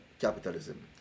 capitalism